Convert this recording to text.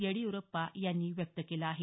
येडियुरप्पा यांनी व्यक्त केलं आहे